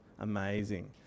Amazing